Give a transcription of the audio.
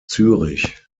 zürich